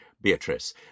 Beatrice